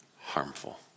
harmful